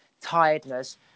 tiredness